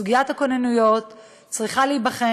סוגיית הכוננויות צריכה להיבחן,